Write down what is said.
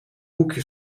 boekje